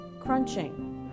crunching